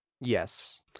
Yes